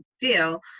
deal